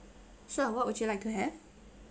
sure what would you like to have